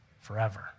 forever